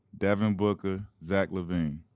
devin booker, zach lavine,